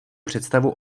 představu